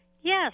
Yes